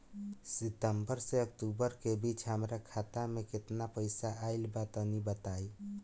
सितंबर से अक्टूबर के बीच हमार खाता मे केतना पईसा आइल बा तनि बताईं?